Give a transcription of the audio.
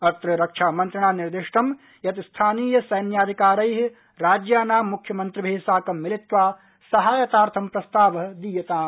अत्र रक्षामन्त्रिणा निर्दिष्ट यत् स्थानीय सैन्याधिकारैः राज्यानां मुख्यमन्त्रिभिः साकं मिलित्वा सहायतार्थं प्रस्तावः दीयताम